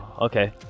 okay